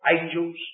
angels